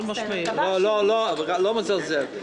לא מזלזל.